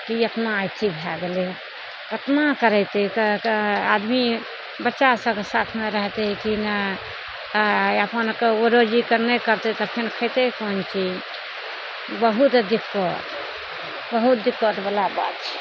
कि एतना अथी भऽ गेलै कतना करैते आदमी बच्चा सबके साथमे रहतै कि नहि अपन ओ रोजीकर नहि करतै तखन खेतै कोन चीज बहुत दिक्कत बहुत दिक्कत बला बात छै